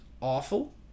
awful